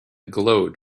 glowed